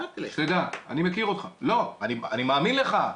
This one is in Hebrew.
אני מאמין לך,